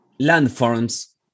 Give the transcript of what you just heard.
landforms